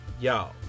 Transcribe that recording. Y'all